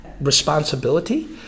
responsibility